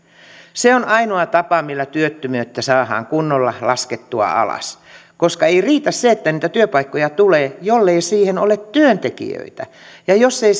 se on ainoa tapa millä työttömyyttä saadaan kunnolla laskettua alas koska ei riitä että niitä työpaikkoja tulee jollei niihin ole työntekijöitä ja jos ei